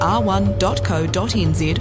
r1.co.nz